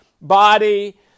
body